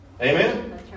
Amen